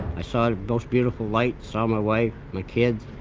i saw the most beautiful light, saw my wife, my kids,